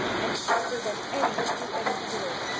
and sharper than any twoedged sword,